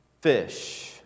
fish